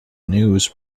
news